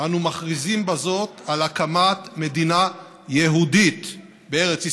אנו מכריזים בזאת על הקמת מדינה יהודית בארץ ישראל,